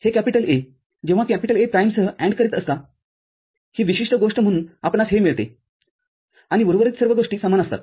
हे A जेव्हा आपण A प्राईमसह AND करीत असता ही विशिष्ट गोष्टम्हणून आपणास हे मिळते आणि उर्वरित सर्व गोष्टी समान असतात